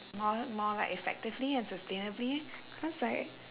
more more like effectively and sustainably cause like